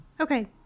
okay